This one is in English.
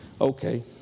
okay